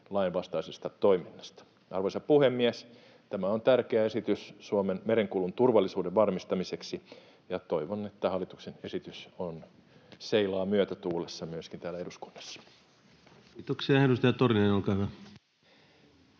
lainvastaisesta toiminnasta. Arvoisa puhemies! Tämä on tärkeä esitys Suomen merenkulun turvallisuuden varmistamiseksi, ja toivon, että hallituksen esitys seilaa myötätuulessa myöskin täällä eduskunnassa. Kiitoksia. — Edustaja Torniainen, olkaa hyvä.